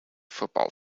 football